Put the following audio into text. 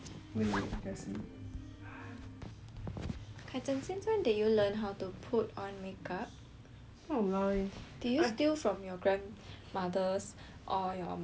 kai zhen since when did you learn how to put on makeup did you steal from your grandmother or your mum's [one]